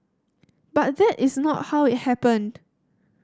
but that is not how it happened